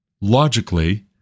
logically